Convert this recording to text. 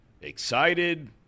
excited